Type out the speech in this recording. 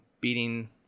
beating